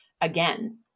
again